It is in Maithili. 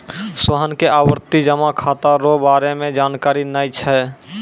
सोहन के आवर्ती जमा खाता रो बारे मे जानकारी नै छै